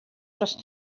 dros